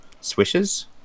swishes